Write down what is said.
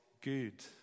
good